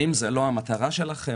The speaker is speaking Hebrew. האם זו לא המטרה שלכם?